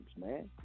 man